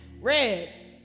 Red